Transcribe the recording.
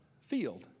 field